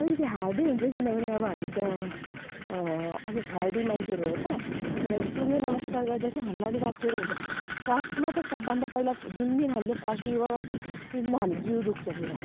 अलिकति हार्डै हुन्छ किनभने अब हामी त अलिक हेल्दी मान्छेहरू हो त त्यही लागि सूर्य नमस्कार गर्दा चाहिँ हामीलाई अलिक अप्ठ्यारो हुन्छ फर्स्टमा त सबभन्दा पहिला जुन दिन हामीले फर्स्ट योगा गर्छु त्यो दिन त हाम्रो जिउ दुख्छ पुरा